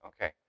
Okay